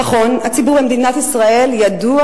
נכון, הציבור במדינת ישראל ידוע